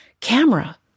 camera